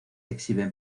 exhiben